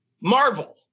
marvel